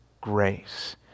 grace